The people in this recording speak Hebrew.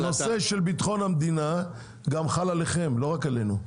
הנושא של בטחון המדינה גם חל עליכם לא רק עלינו,